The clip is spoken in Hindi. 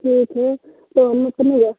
हाँ ठीक तो हम अपने